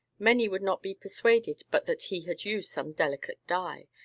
many would not be persuaded but that he had used some delicate dye,